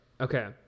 okay